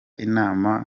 inama